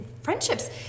friendships